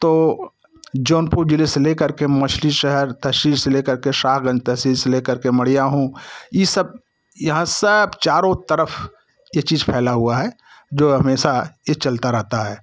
तो जौनपुर जिले से ले करके मछली शहर तहसील से ले करके शाहगंज तहसील से ले करके मड़ियाहूं ये सब यहाँ सब चारों तरफ ये चीज फैला हुआ है जो हमेशा ये चलता रहता है